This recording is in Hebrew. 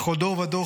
// בכל דור ודור,